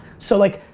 so like,